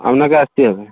আপনাকে আসতেই হবে